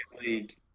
League